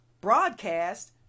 broadcast